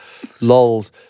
Lols